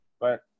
But-